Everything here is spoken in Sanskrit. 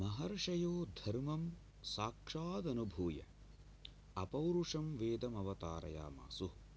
महर्षयो धर्मं साक्षात् अनुभूय अपौरुषं वेदम् अवतारायामासु